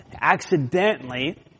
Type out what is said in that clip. accidentally